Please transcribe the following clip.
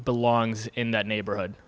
belongs in that neighborhood